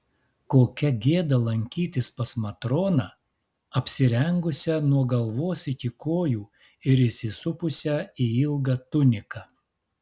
kokia gėda lankytis pas matroną apsirengusią nuo galvos iki kojų ir įsisupusią į ilgą tuniką